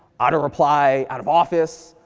auto reply, out of office,